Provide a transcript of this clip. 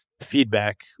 feedback